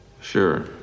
sure